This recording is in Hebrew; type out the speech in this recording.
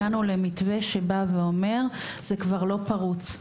הגענו למתווה שבא ואומר זה כבר לא פרוץ.